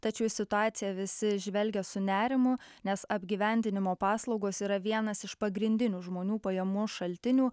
tačiau į situaciją visi žvelgia su nerimu nes apgyvendinimo paslaugos yra vienas iš pagrindinių žmonių pajamų šaltinių